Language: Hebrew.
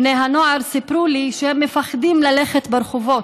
בני הנוער סיפרו לי שהם מפחדים ללכת ברחובות,